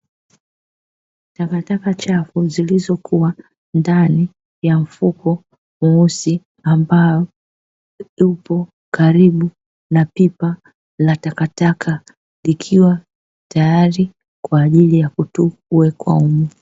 Takataka chafu zilizokuwa ndani ya mfuko mweusi, ambao upo kalibu na pipa la takataka, likiwa tayari Kwa ajili ya kuwekwa humu.